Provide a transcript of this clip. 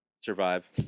survive